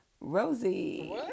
Rosie